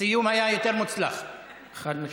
הסיום היה יותר מוצלח, חד-משמעית.